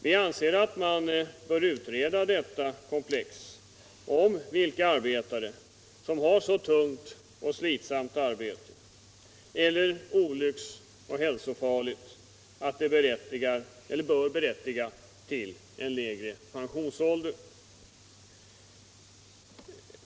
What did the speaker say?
Vi anser att det bör utredas vilka arbetare som har så tungt och slitsamt eller så riskfyllt och hälsofarligt arbete att det bör berättiga till en lägre pensionsålder.